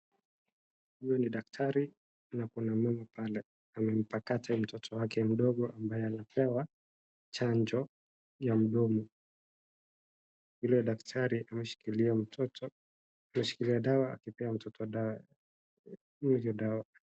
Huyo ni daktari na kuna mama pale amempakata mtoto wake mdogo ambaye anapewa chanjo ya mdomo yule daktati ameshikilia mtoto, ameshiilia dawa anapea mtoto dawa.